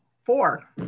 four